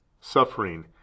suffering